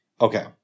Okay